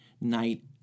night